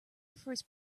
prefers